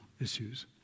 issues